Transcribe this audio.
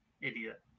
Idiot